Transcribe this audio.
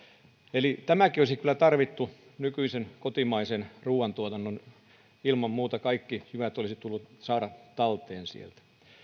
eli nämäkin olisi kyllä tarvittu nykyiseen kotimaiseen ruuantuotantoon ilman muuta kaikki jyvät olisi tullut saada talteen sieltä